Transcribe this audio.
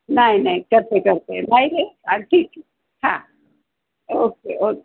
नाही नाही करते करते नाही आ ठीक हां ओके ओके